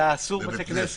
בבתי כנסת,